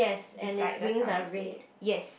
beside the pharmacy yes